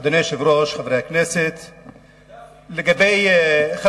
אדוני היושב-ראש, חברי הכנסת, לגבי, קדאפי.